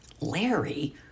Larry